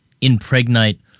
impregnate